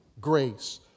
grace